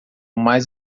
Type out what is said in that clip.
mais